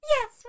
Yes